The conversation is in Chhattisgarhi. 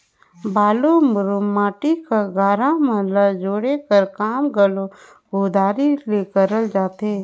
बालू, मुरूम, माटी कर गारा मन ल जोड़े कर काम घलो कुदारी ले करल जाथे